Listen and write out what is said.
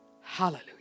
Hallelujah